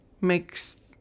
makes